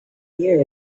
year